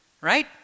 right